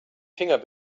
finger